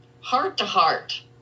heart-to-heart